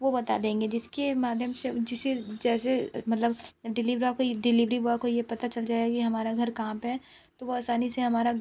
वो बता देंगे जिसके माध्यम से जिसे जैसे मतलब डिलीवरा को ये डिलीवरी बॉय को ये पता चल जाए कि हमारा घर कहाँ पे है तो वो आसानी से हमारा